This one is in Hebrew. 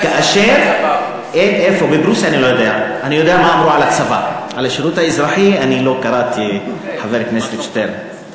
כאשר, אבל מה אמרו על השירות האזרחי בצבא הפרוסי?